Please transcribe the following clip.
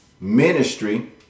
ministry